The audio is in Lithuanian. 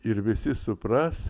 ir visi supras